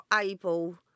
able